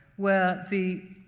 where the.